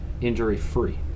injury-free